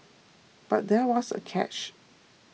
but there was a catch